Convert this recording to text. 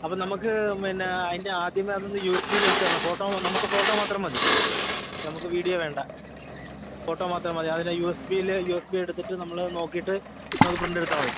അപ്പം നമുക്ക് പിന്നെ അതിൻ്റെ ആദ്യമേ അതൊന്ന് യു എസ് ബിയിൽ എടുത്തു തരണം ഫോട്ടോ നമുക്ക് ഫോട്ടോ മാത്രം മതി നമുക്ക് വീഡിയോ വേണ്ട ഫോട്ടോ മാത്രം മതി അതിനെ യു എസ് ബീയിൽ യു എസ് ബി എടുത്തിട്ട് നമ്മൾ നോക്കിയിട്ട് അത് പ്രിൻറ്റ് എടുത്താൽ മതി